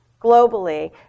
globally